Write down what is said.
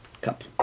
cup